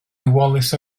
wallace